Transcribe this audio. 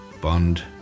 bond